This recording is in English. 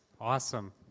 Awesome